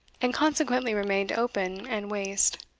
and consequently remained open and waste,